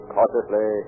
Cautiously